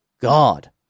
God